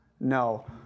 no